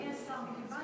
אדוני השר, מכיוון